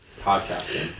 podcasting